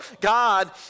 God